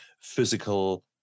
physical